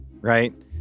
right